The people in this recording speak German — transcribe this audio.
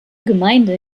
gemeinde